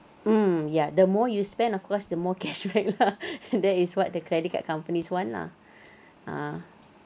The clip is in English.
mm ya the more you spend of course the more cash back lah that is what the credit card companies want lah ah